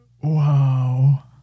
Wow